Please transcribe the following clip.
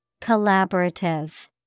Collaborative